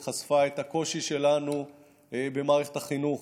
היא חשפה את הקושי שלנו במערכת החינוך,